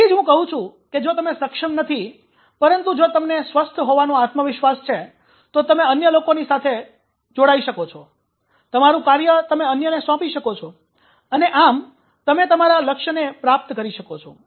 તેથી જ હું કહું છું કે જો તમે સક્ષમ નથી પરંતુ જો તમને સ્વસ્થ્ય હોવાનો આત્મવિશ્વાસ છે તો તમે અન્ય લોકો સાથે જોડાઈ શકો છો તમારું કાર્ય તમે અન્યને સોંપી શકો છો અને આમ તમે તમારા લક્ષ્યને પ્રાપ્ત કરી શકો છો